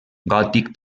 gòtic